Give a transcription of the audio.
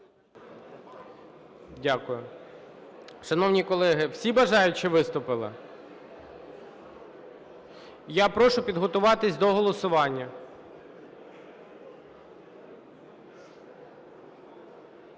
Дякую. Шановні колеги, всі бажаючі виступили? Я прошу підготуватись до голосування.